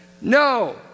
No